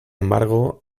embargo